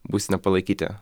būseną palaikyti